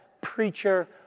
preacher